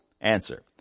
Answer